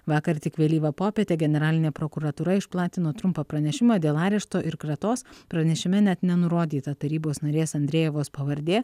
vakar tik vėlyvą popietę generalinė prokuratūra išplatino trumpą pranešimą dėl arešto ir kratos pranešime net nenurodyta tarybos narės andrejevos pavardė